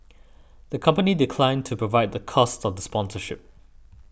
the company declined to provide the cost of sponsorship